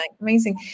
amazing